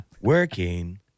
working